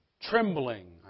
trembling